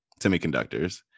semiconductors